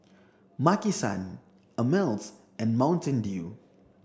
Maki San Ameltz and Mountain Dew